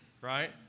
right